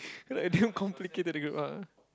like damn complicated the group ah